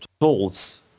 tools